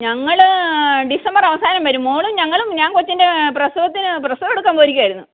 ഞങ്ങൾ ഡിസംബർ അവസാനം വരും മോളും ഞങ്ങളും ഞാൻ കൊച്ചിൻ്റെ പ്രസവത്തിന് പ്രസവ എടുക്കാൻ പോയിരിക്കാമായിരുന്നു